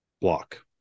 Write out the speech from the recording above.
block